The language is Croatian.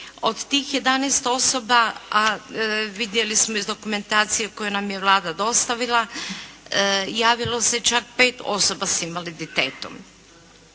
Od tih jedanaest osoba a vidjeli smo iz dokumentacije koju nam je Vlada dostavila javilo se čak pet osoba s invaliditetom.